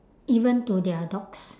even to their dogs